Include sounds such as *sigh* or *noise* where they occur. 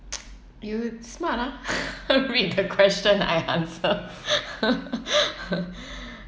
*noise* you smart ah read question I answer *laughs*